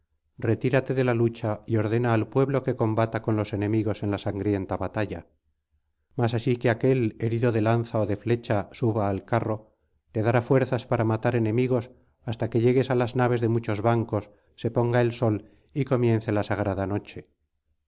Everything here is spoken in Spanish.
retírate de la lucha y ordena al pueblo que combata con los enemigos en la sangrienta batalla mas así que aquél herido de lanza ó de flecha suba al carro te dará fuerzas para matar enemigos hasta que llegues á las naves de muchos bancos se ponga el sol y comience la sagrada noche